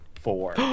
four